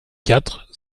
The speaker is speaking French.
quatre